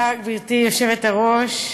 גברתי היושבת-ראש,